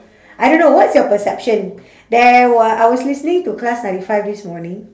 I don't know what's your perception there were I was listening to class ninety five this morning